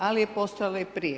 Ali je postojalo i prije.